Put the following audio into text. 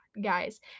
guys